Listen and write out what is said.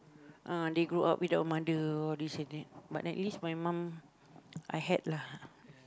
uh they grow up without mother or this and that but then at least my mom I had lah